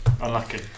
Unlucky